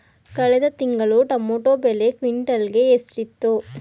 ಕಳೆದ ತಿಂಗಳು ಟೊಮ್ಯಾಟೋ ಬೆಲೆ ಕ್ವಿಂಟಾಲ್ ಗೆ ಎಷ್ಟಿತ್ತು?